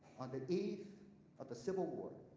on the eve of the civil war,